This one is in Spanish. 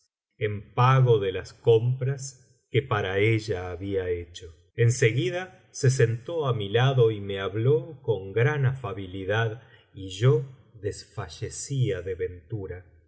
en pago de las compras que para ella había hecho eti seguida se sentó á mi lado y me habló con gran afabilidad y yo desfallecía de ventura